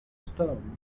stone